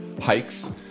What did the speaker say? hikes